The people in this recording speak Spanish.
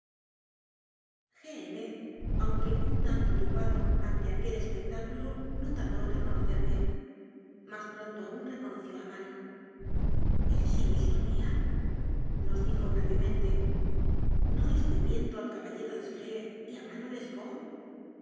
aunque un tanto turbado ante aquel espectáculo no tardó en reconocerme más pronto aún reconoció a manon es ilusión mía nos dijo gravemente no estoy viendo al caballe ro des grieux y a manon